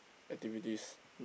activities